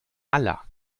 aller